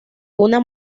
una